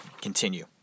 Continue